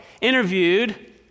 interviewed